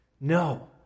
No